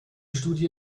studie